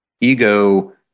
ego